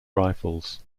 rifles